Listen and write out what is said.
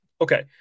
Okay